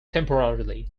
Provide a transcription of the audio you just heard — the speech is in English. temporarily